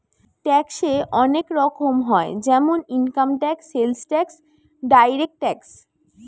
ট্যাক্সে অনেক রকম হয় যেমন income tax, sales tax, direct tax